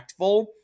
impactful